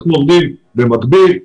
אנחנו עובדים במקביל,